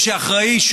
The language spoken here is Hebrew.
מי שאחראי,